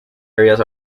areas